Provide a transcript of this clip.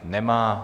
Nemá.